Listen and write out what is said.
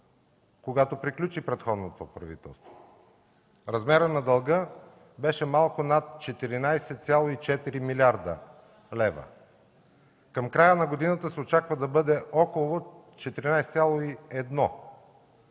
когато приключи предходното правителство, размерът на дълга беше малко над 14,4 млрд. лв., към края на годината се очаква да бъде около 14,1, и